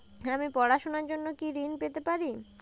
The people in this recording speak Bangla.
আমি পড়াশুনার জন্য কি ঋন পেতে পারি?